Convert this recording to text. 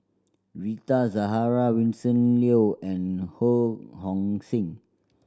Rita Zahara Vincent Leow and Ho Hong Sing